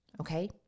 Okay